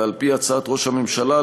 ועל-פי הצעת ראש הממשלה,